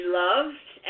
loved